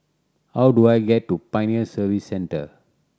how do I get to Pioneer Service Centre